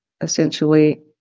essentially